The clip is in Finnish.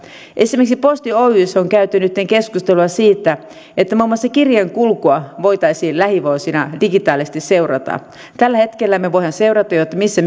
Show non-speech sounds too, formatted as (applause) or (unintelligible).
esimerkiksi posti oyssä on käyty nytten keskustelua siitä että muun muassa kirjeen kulkua voitaisiin lähivuosina digitaalisesti seurata tällä hetkellä me voimme seurata jo missä (unintelligible)